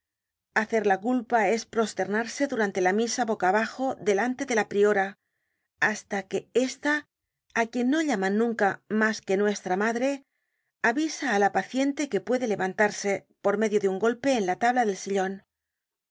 hacer la culpa es prosternarse durante la misa boca abajo delante de la priora hasta que ésta á quien no llaman nunca mas que nuestra madre avisa á la paciente que puede levantarse por medio de un golpe en la tabla del sillon